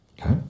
Okay